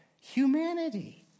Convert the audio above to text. humanity